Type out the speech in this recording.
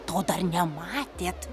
to dar nematėt